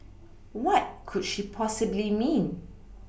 what could she possibly mean